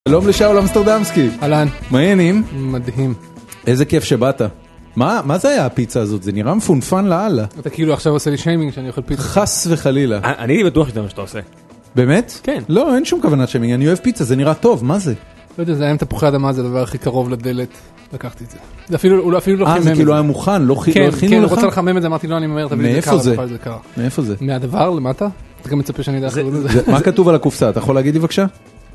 שלום לשאול אמסטרדמסקי אהלן, מה העניינים מדהים איזה כיף שבאת מה מה זה היה הפיצה הזאת זה נראה מפונפן לאללה כאילו עכשיו עושה לי שיימינג שאני אוכל פיצה חס וחלילה אני בטוח שזה מה שאתה עושה. באמת? כן לא אין שום כוונה שאני אוהב פיצה זה נראה טוב מה זה. לא יודע זה היה עם תפוחי אדמה זה הדבר הכי קרוב לדלת לקחתי את זה אפילו לא אפילו לא חימם כאילו היה מוכן לא כן כן כן הוא רצה לחמם את זה אמרתי לו אני אומר תביא את זה קר מאיפה זה מהדבר למטה. מצפה שאני איך קוראים לזה יודע מה כתוב על הקופסא אתה יכול להגיד לי בבקשה.